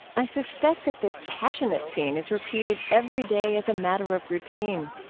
i suspect that this passionate scene is repeated every day as a matter of routine.